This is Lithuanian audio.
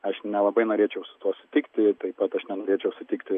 aš nelabai norėčiau su tuo sutikti taip pat aš nenorėčiau sutikti